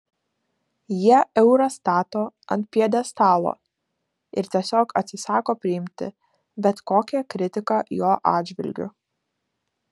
jie eurą stato ant pjedestalo ir tiesiog atsisako priimti bet kokią kritiką jo atžvilgiu